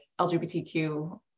LGBTQ